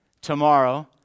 tomorrow